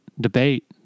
debate